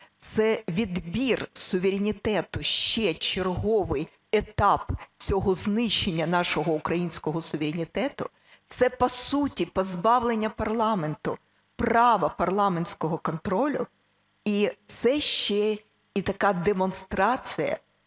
це відбір суверенітету, ще черговий етап цього знищення нашого українського суверенітету. Це, по суті, позбавлення парламенту права парламентського контролю, і це ще і така демонстрація,